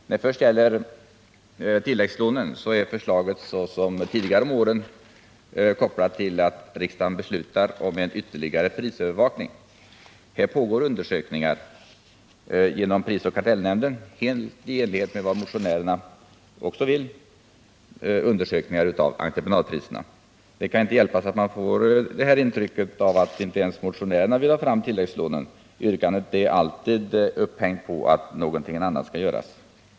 När det först gäller tilläggslånen är förslaget liksom tidigare år kopplat till att riksdagen beslutar om en diffus ytterligare prisövervakning. Här pågår genom prisoch kartellnämnden — helt enligt vad motionärerna också vill — undersökningar av entreprenadpriserna. Det kan inte hjälpas att man får ett intryck av att inte ens motionärerna vill ha fram tilläggslånen — yrkandet är alltid upphängt på att någonting annat skall göras.